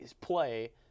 play